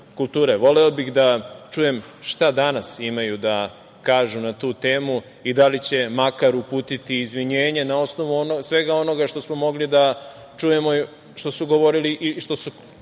bih da čujem šta danas imaju da kažu na tu temu i da li će makar uputiti izvinjenje na osnovu svega onoga što smo mogli da čujemo i što su govorili u